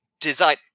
Design